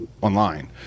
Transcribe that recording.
online